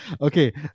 Okay